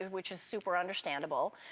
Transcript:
which is super understandable.